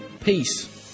Peace